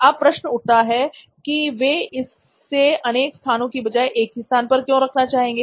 अब प्रश्न उठता है कि वे इसे अनेक स्थान की बजाएं एक ही स्थान पर क्यों करना चाहेंगे